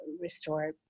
restore